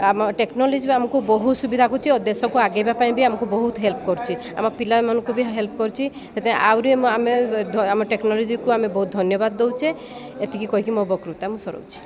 ଆମ ଟେକ୍ନୋଲୋଜି ବି ଆମକୁ ବହୁତ ସୁବିଧା ହେଉଛି ଆଉ ଦେଶକୁ ଆଗେଇବା ପାଇଁ ବି ଆମକୁ ବହୁତ ହେଲ୍ପ କରୁଛି ଆମ ପିଲାମାନଙ୍କୁ ବି ହେଲ୍ପ କରୁଛି ସେଥିପାଇଁ ଆହୁରି ଆମେ ଆମ ଟେକ୍ନୋଲୋଜିକୁ ଆମେ ବହୁତ ଧନ୍ୟବାଦ ଦଉଛେ ଏତିକି କହିକି ମୋ ଉପକୃତା ମୁଁ ସରାଉଛି